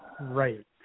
right